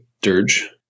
dirge